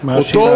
מה השאלה אדוני?